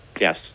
Yes